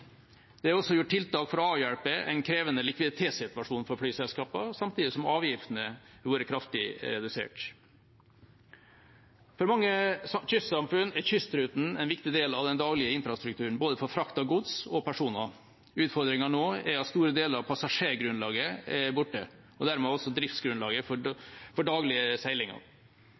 Det er også gjort tiltak for å avhjelpe en krevende likviditetssituasjon for flyselskapene, samtidig som avgiftene har blitt kraftig redusert. For mange kystsamfunn er kystruten en viktig del av den daglige infrastrukturen for frakt av både gods og personer. Utfordringen nå er at store deler av passasjergrunnlaget er borte, og dermed også driftsgrunnlaget for daglige seilinger.